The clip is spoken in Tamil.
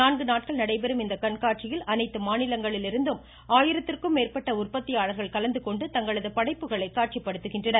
நான்கு நாட்கள் நடைபெறும் இக்கண்காட்சியில் அனைத்து மாநிலங்களிலிருந்தும் ஆயிரத்திற்கும் மேற்பட்ட உற்பத்தியாளர்கள் கலந்துகொண்டு தங்களது படைப்புகளை காட்சிபடுத்துகின்றனர்